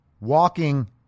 walking